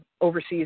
overseas